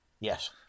Yes